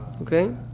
Okay